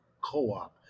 co-op